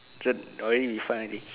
so already we find already